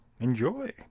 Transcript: Enjoy